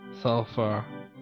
sulfur